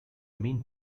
mean